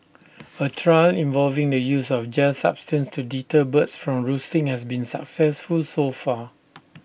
A trial involving the use of gel substance to deter birds from roosting has been successful so far